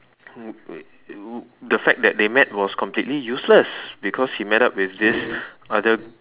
the fact that they met was completely useless because he met up with this other